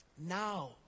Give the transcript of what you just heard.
now